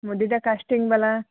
ମୁଦିଟା casting ୱାଲା